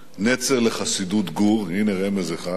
נצר לחסידות גור, הנה רמז אחד,